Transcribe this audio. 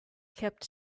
kept